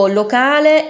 locale